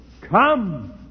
come